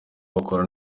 bakora